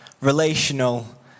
relational